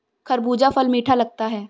खरबूजा फल मीठा लगता है